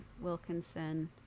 Wilkinson